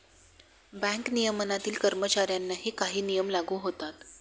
bank नियमनातील कर्मचाऱ्यांनाही काही नियम लागू होतात